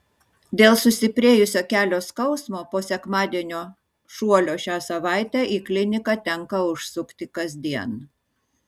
dėl sustiprėjusio kelio skausmo po sekmadienio šuolio šią savaitę į kliniką tenka užsukti kasdien